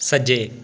सज्जे